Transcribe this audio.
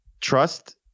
Trust